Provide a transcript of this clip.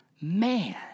man